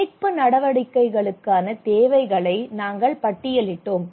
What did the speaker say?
மீட்பு நடவடிக்கைகளுக்கான தேவைகளை நாங்கள் பட்டியலிட்டோம்